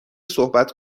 صحبت